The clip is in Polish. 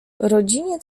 rodzinie